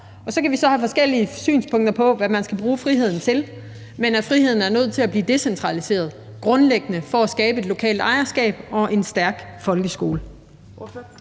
Så kan vi have forskellige synspunkter, med hensyn til hvad man skal bruge friheden til, men friheden er nødt til grundlæggende at blive decentraliseret for at skabe et lokalt ejerskab og en stærk folkeskole.